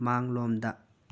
ꯃꯥꯡꯂꯣꯝꯗ